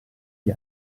gli